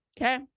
okay